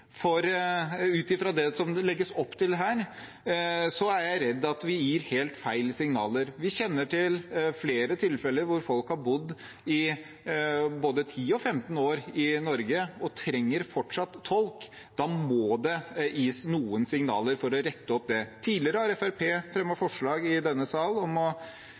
ut fra det som det legges opp til her, er jeg redd for at vi gir helt feil signaler. Jeg kjenner til flere tilfeller der folk har bodd både 10 og 15 år i Norge og fortsatt trenger tolk. Da må det gis noen signaler for å rette opp det. Tidligere har Fremskrittspartiet fremmet forslag i denne sal om å